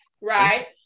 right